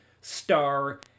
Star